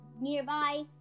nearby